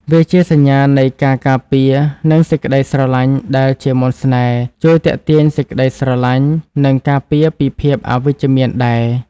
វាជាក៏សញ្ញានៃការការពារ និងសេចក្ដីស្រឡាញ់ដែល ជាមន្តស្នេហ៍ ជួយទាក់ទាញសេចក្ដីស្រលាញ់ និងការពារពីភាពអវិជ្ជមានដែរ។